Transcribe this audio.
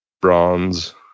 Bronze